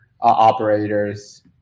operators